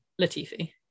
Latifi